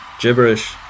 Gibberish